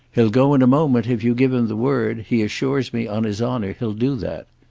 he'll go in a moment if you give him the word he assures me on his honour he'll do that